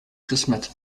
christmette